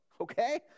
okay